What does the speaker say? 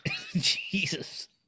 Jesus